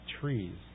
trees